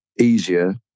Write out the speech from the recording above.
easier